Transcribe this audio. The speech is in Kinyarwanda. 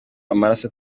amaraso